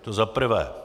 To za prvé.